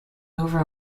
over